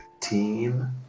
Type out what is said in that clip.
team